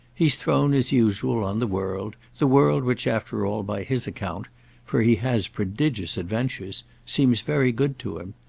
he's thrown, as usual, on the world the world which, after all, by his account for he has prodigious adventures seems very good to him.